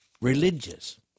religious